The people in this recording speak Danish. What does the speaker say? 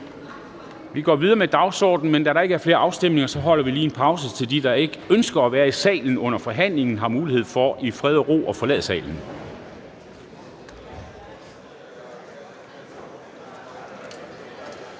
Vi går videre med dagsordenen, men da der ikke er flere afstemninger, holder vi lige en pause, så de, der ikke ønsker at være i salen under forhandlingen, har mulighed for i fred og ro at forlade salen.